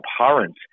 abhorrent